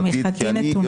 תמיכתי נתונה.